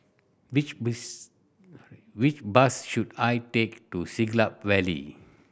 which which bus should I take to Siglap Valley